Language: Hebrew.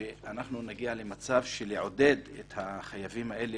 שאנחנו נגיע למצב של עידוד החייבים האלה